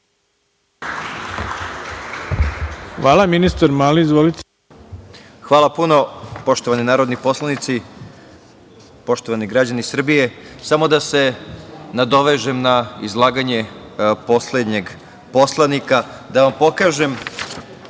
**Siniša Mali** Hvala puno. Poštovani narodni poslanici, poštovani građani Srbije, samo da se nadovežem na izlaganje poslednjeg poslanika i da vam pokažem,